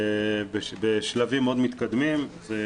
בשלבים מאוד מתקדמים.